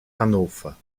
hannover